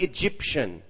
Egyptian